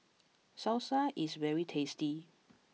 Salsa is very tasty